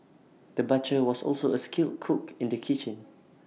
the butcher was also A skilled cook in the kitchen